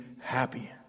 happy